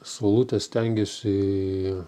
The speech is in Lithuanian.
saulutę stengiuosi